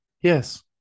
yes